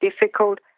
difficult